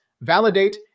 validate